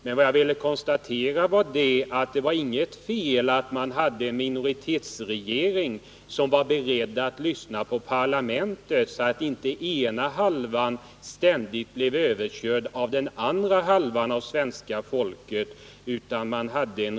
Men vad jag ville konstatera var att det inte är något fel med en minoritetsregering, som är beredd att lyssna på parlamentet, så att inte den ena halvan av svenska folket ständigt blir överkörd av den andra halvan.